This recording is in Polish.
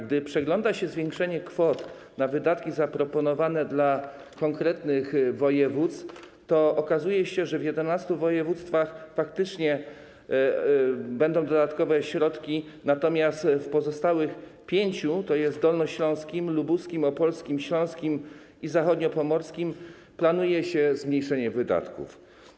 Gdy przegląda się zwiększeniu kwot na wydatki zaproponowane dla konkretnych województw, to okazuje się, że w 11 województwach faktycznie będą dodatkowe środki, natomiast w pozostałych pięciu, tj. dolnośląskim, lubuskim, opolskim, śląskim i zachodniopomorskim, planuje się zmniejszenie wydatków.